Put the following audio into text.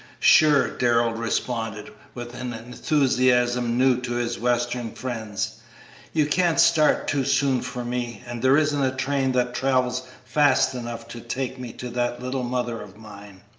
sure! darrell responded, with an enthusiasm new to his western friends you can't start too soon for me, and there isn't a train that travels fast enough to take me to that little mother of mine,